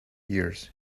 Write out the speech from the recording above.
years